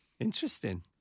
Interesting